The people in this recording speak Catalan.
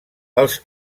els